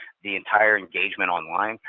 the entire engagement online,